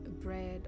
bread